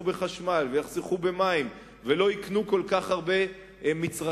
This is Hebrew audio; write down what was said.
בחשמל ובמים ולא יקנו כל כך הרבה מצרכים,